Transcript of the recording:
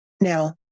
Now